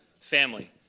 family